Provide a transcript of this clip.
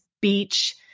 beach